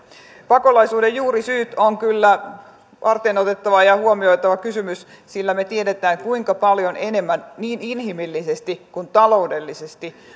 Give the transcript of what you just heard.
pakolaisuuden juurisyyt ovat kyllä varteenotettava ja huomioitava kysymys sillä me tiedämme kuinka paljon enemmän niin inhimillisesti kuin taloudellisesti